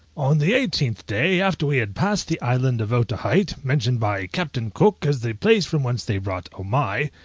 on the eighteenth day after we had passed the island of otaheite, mentioned by captain cook as the place from whence they brought omai,